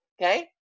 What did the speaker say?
okay